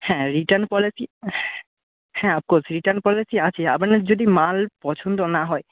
হ্যাঁ return policy হ্যাঁ of course return policy আছে আপনার যদি মাল পছন্দ না হয়